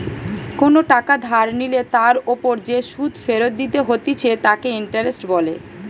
কোনো টাকা ধার নিলে তার ওপর যে সুধ ফেরত দিতে হতিছে তাকে ইন্টারেস্ট বলে